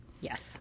Yes